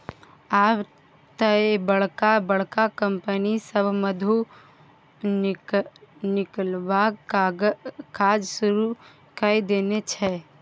आब तए बड़का बड़का कंपनी सभ मधु निकलबाक काज शुरू कए देने छै